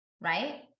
right